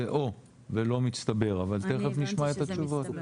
זה 'או' ולא 'מצטבר', אבל תכף נשמע את התשובות.